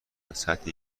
سطحی